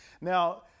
Now